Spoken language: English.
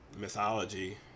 mythology